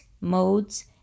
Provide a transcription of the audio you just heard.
modes